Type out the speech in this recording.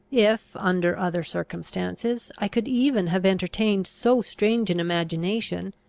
if, under other circumstances, i could even have entertained so strange an imagination,